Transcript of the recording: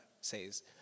says